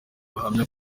ubuhamya